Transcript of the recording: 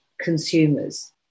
consumers